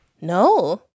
No